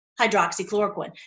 hydroxychloroquine